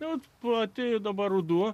o po atėjo dabar ruduo